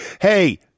Hey